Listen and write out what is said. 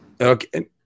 Okay